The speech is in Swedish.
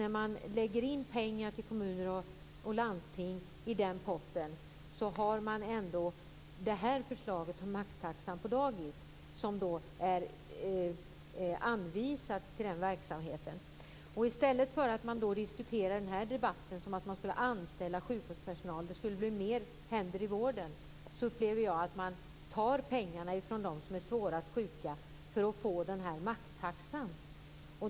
När man lägger in pengar till kommuner och landsting i den potten har man ändå förslaget om maxtaxa på dagis, med pengar anvisade till den verksamheten. I den här debatten säger man att det skall anställas sjukvårdspersonal för att det skall bli fler händer i vården, men jag upplever att man i stället tar pengarna från dem som är svårast sjuka för att få igenom maxtaxan.